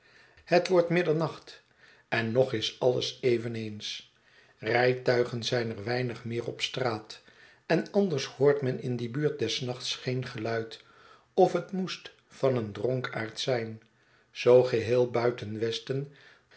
het wordt middernacht en nog is alles eveneens rijtuigen zijn er weinig meer op straat en anders hoort men in die buurt des nachts geen geluid of het moest van een dronkaard zijn zoo geheel buiten